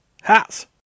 hats